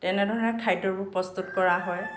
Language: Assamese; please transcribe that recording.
তেনেধৰণে খাদ্যবোৰ প্ৰস্তুত কৰা হয়